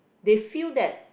they feel that